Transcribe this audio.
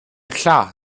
klar